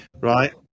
right